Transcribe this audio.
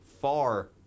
far